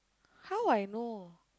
how I know